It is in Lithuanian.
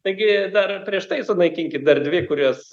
taigi dar prieš tai sunaikinkit dar dvi kurios